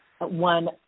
one